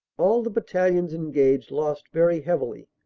all the battalions engaged lost very heavily,